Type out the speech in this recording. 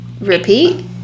repeat